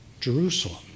Jerusalem